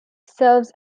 serves